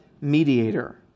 mediator